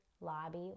lobby